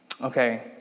okay